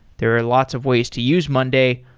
there are lots of ways to use monday,